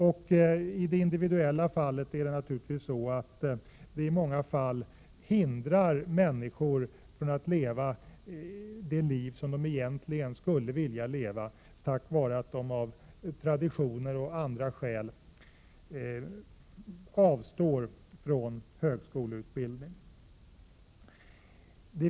Dessutom hindrar den sociala snedrekryteringen i många fall människor från att välja ett liv som de egentligen skulle vilja leva, på grund av att de av tradition och även av andra skäl avstår från högskoleutbildning.